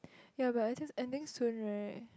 ya but it just ending soon right